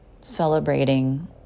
celebrating